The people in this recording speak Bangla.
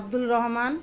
আব্দুল রহমান